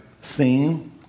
seen